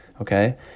okay